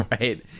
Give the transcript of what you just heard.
right